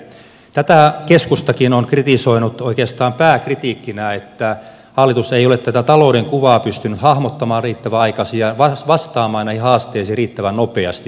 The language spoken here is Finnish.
tätä keskustakin on kritisoinut oikeastaan pääkritiikkinä että hallitus ei ole tätä talouden kuvaa pystynyt hahmottamaan riittävän aikaisin ja vastaamaan näihin haasteisiin riittävän nopeasti